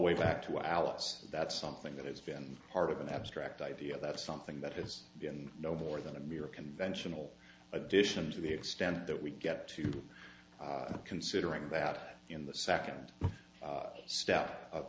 way back to alice that something that has been part of an abstract idea that something that has been no the more than a mere conventional addition to the extent that we get to considering that in the second step of